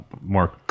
more